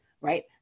Right